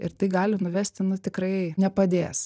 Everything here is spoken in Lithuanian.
ir tai gali nuvesti nu tikrai nepadės